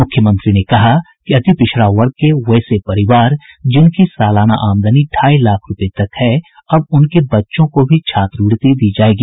मुख्यमंत्री ने कहा कि अति पिछड़ा वर्ग के वैसे परिवार जिनकी सालाना आमदनी ढाई लाख रुपए तक है अब उनके बच्चों को भी छात्रवृत्ति दी जाएगी